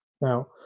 Now